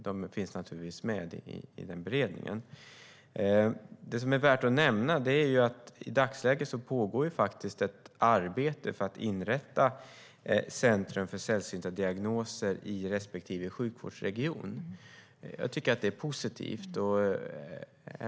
Det är värt att nämna att det i dagsläget pågår ett arbete för att inrätta centrum för sällsynta diagnoser i respektive sjukvårdsregion. Det är positivt.